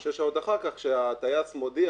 שש שעות אחר כך כשהטייס מודיע